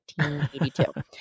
1982